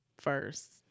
first